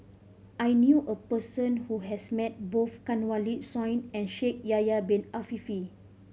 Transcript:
I knew a person who has met both Kanwaljit Soin and Shaikh Yahya Bin Ahmed Afifi